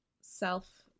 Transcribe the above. self